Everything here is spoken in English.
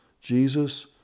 Jesus